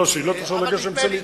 שהיא לא תחשוב שאני מנסה להתחמק.